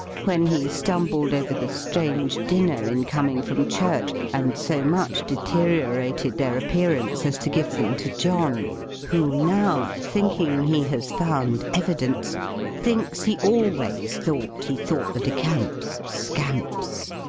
when he stumbled over the strange dinner, in coming from church, and so much deteriorated their appearance as to give them to john who now, thinking he has found evidence thinks he always thought he thought the de camps scamps.